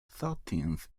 thirteenth